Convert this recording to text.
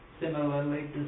similarly